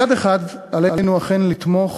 מצד אחד עלינו אכן לתמוך